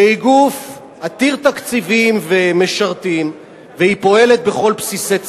שהיא גוף עתיר תקציבים ומשרתים והיא פועלת בכל בסיסי צה"ל.